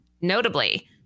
Notably